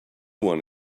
one